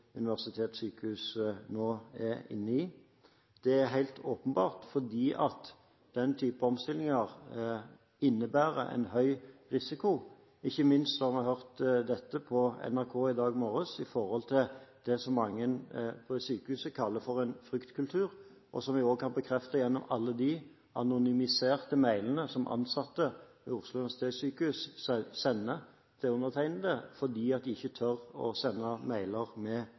universitetssykehus nå er inne i. Det er helt åpenbart, fordi den type omstillinger innebærer en høy risiko – ikke minst det vi hørte om på NRK i dag morges, det som mange på sykehuset kaller en «fryktkultur», som jeg også kan bekrefte gjennom alle de anonymiserte mailene som ansatte ved Oslo universitetssykehus sender til undertegnede fordi de ikke tør å sende mailer med